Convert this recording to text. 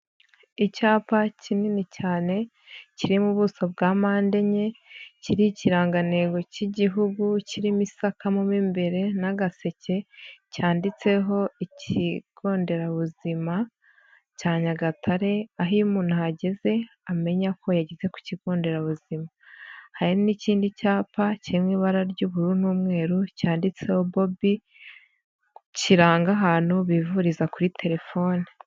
Icyapa kinini cyane kiri mu ubuso bwa mpande enye kiriho ikirangantego cy'igihugu kirimo isaka mo mu imbere n'agaseke cyanditseho ikigo nderabuzima cya Nyagatare aho iyo umuntu ahageze amenya ko yageze ku kigo nderabuzima, hari n'ikindi cyapa kiri mu ibara ry'ubururu n'umweru cyanditseho bobi kiranga ahantu bivuriza kuri telefoni.